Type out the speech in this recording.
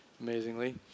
amazingly